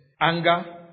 Anger